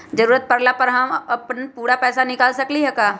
जरूरत परला पर हम अपन पूरा पैसा निकाल सकली ह का?